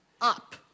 up